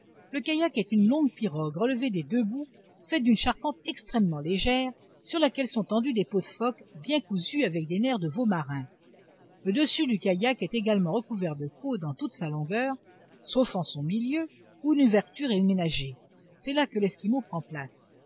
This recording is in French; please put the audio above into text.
le kayak est une longue pirogue relevée des deux bouts faite d'une charpente extrêmement légère sur laquelle sont tendues des peaux de phoque bien cousues avec des nerfs de veau marin le dessus du kayak est également recouvert de peaux dans toute sa longueur sauf en son milieu où une ouverture est ménagée c'est là que l'esquimau prend place